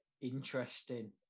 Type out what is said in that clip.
Interesting